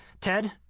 Ted